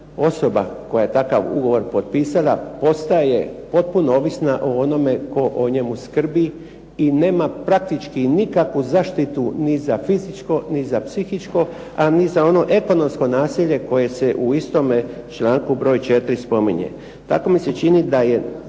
osoba koja je takav ugovor potpisala postaje potpuno ovisna o onome tko o njemu skrbi i nema praktički nikakvu zaštitu ni za fizičko, ni za psihičko a niti za ono ekonomsko nasilje koje se u istome članku broj 4. spominje. Tako mi se čini da je